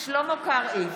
שלמה קרעי,